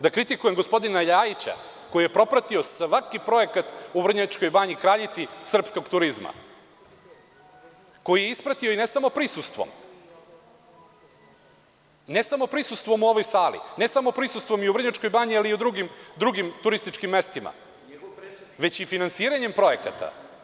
Da kritikujem gospodina Ljajića, koji je propratio svaki projekat u Vrnjačkoj banji, kraljici srpskog turizma, koji je ispratio, i ne samo prisustvom, ne samo prisustvom u ovoj sali, ne samo prisustvom i u Vrnjačkoj banji, ali i u drugim turističkim mestima, već i finansiranjem projekata?